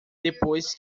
depois